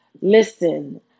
Listen